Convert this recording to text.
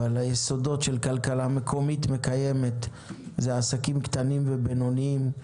היסודות שכלכלה מקומית מקיימת זה עסקים קטנים ובינוניים.